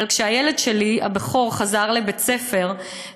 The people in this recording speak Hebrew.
אבל כשהילד הבכור שלי חזר לבית-ספר,